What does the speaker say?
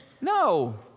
No